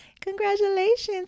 Congratulations